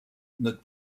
note